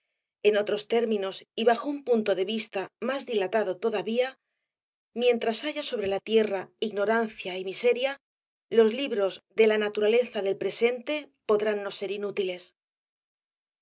en otros términos y bajo un punto de vista mas dilatado todavía mientras haya sobre la tierra ignorancia y miseria los libros de la naturaleza del presente podrán no ser inútiles